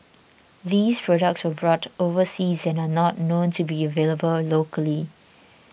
these products were bought overseas and are not known to be available locally